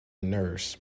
nurse